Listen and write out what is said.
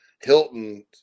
Hilton